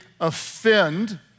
offend